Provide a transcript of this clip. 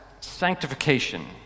sanctification